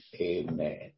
Amen